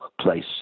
place